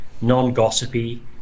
non-gossipy